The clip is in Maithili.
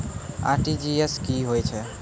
आर.टी.जी.एस की होय छै?